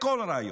בכל רעיון,